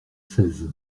seize